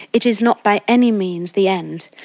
it is not by any means the end.